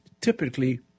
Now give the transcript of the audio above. typically